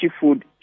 food